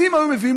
אם היינו מביאים,